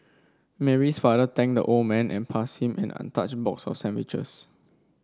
Mary's father thanked the old man and passed him an untouched box of sandwiches